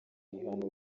bihano